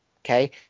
Okay